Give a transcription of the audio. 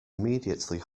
immediately